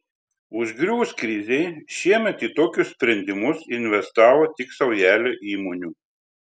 užgriuvus krizei šiemet į tokius sprendimus investavo tik saujelė įmonių